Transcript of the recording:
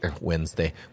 Wednesday